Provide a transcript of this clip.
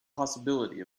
possibility